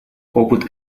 опыт